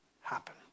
happen